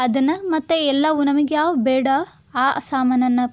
ಅದನ್ನು ಮತ್ತು ಎಲ್ಲವೂ ನಮಗೆ ಯಾವ ಬೇಡ ಆ ಸಾಮಾನನ್ನು